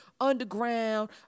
Underground